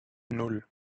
nan